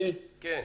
כן.